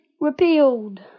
repealed